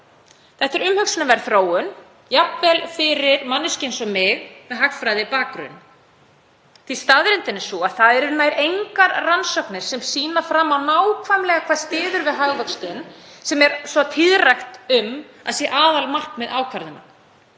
Þetta er umhugsunarverð þróun, jafnvel fyrir manneskju eins og mig með hagfræðibakgrunn, því að staðreyndin er sú að það eru nær engar rannsóknir sem sýna fram á nákvæmlega hvað styður við hagvöxtinn sem títt er rætt um að sé aðalmarkmið ákvarðana.